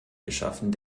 geschaffen